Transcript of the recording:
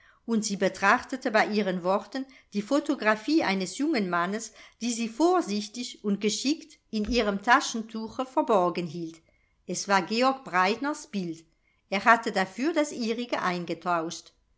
und sie betrachtete bei ihren worten die photographie eines jungen mannes die sie vorsichtig und geschickt in ihrem taschentuche verborgen hielt es war georg breitners bild er hatte dafür das ihrige